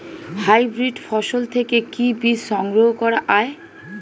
Hybrid ফসল থেকে কি বীজ সংগ্রহ করা য়ায়?